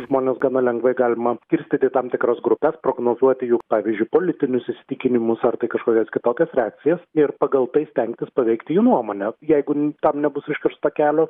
žmonės gana lengvai galima skirstyti į tam tikras grupes prognozuoti jų pavyzdžiui politinius įsitikinimus ar tai kažkokias kitokias reakcijas ir pagal tai stengtis paveikti jų nuomonę jeigu tam nebus užkersta kelio